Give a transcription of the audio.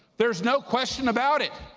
there's no question about it,